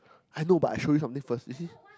I know but I show you something first you see